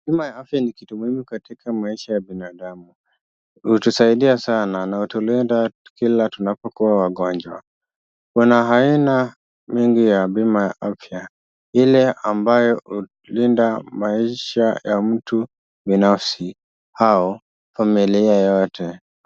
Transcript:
Bima ya afya ni kitu muhimu katika maisha ya binadamu, hutusaidia sana na kutulinda kila tunapokuwa wagonjwa, kuna aina mingi ya bima ya afya, ile ambayo hulinda maisha ya mtu binafsi au familia yote.